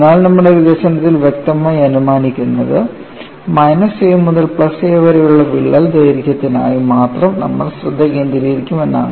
എന്നാൽ നമ്മുടെ വികസനത്തിൽ വ്യക്തമായി അനുമാനിക്കുന്നത് മൈനസ് a മുതൽ പ്ലസ് a വരെയുള്ള വിള്ളൽ ദൈർഘ്യത്തിനായി മാത്രം നമ്മൾ ശ്രദ്ധ കേന്ദ്രീകരിക്കും എന്നാണ്